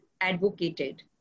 advocated